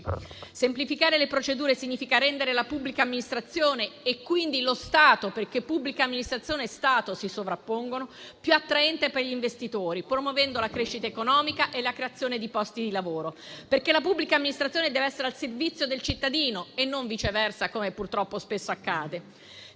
Semplificare le procedure significa rendere la pubblica amministrazione e quindi lo Stato - perché pubblica amministrazione e Stato si sovrappongono - più attraenti per gli investitori, promuovendo la crescita economica e la creazione di posti di lavoro, perché la pubblica amministrazione dev'essere al servizio del cittadino e non viceversa, come purtroppo spesso accade.